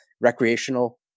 recreational